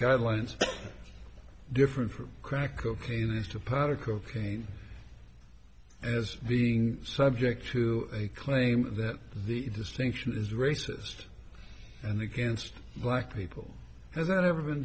guidelines different from crack cocaine is to powder cocaine as being subject to a claim that the distinction is racist and against black people hasn't ever been